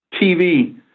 TV